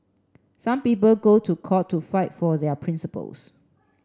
some people go to court to fight for their principles